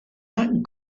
that